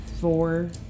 Four